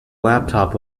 laptop